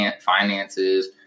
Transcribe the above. Finances